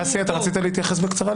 אסי, רצית להתייחס בקצרה?